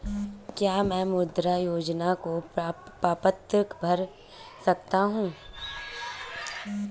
क्या मैं मुद्रा योजना का प्रपत्र भर सकता हूँ?